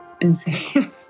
insane